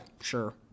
sure